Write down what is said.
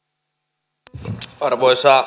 arvoisa puhemies